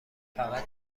فقط